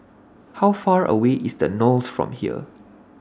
How Far away IS The Knolls from here